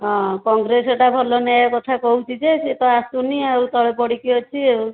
ହଁ କଂଗ୍ରେସ୍ଟା ଭଲ ନ୍ୟାୟ କଥା କହୁଛି ଯେ ସେ ତ ଆସୁନି ଆଉ ତଳେ ପଡ଼ିକି ଅଛି ଆଉ